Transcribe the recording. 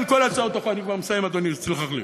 אני כבר מסיים, אדוני, תסלח לי.